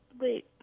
wait